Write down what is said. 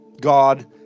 God